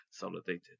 consolidated